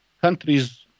countries